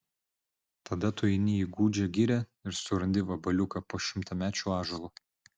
tada tu eini į gūdžią girią ir surandi vabaliuką po šimtamečiu ąžuolu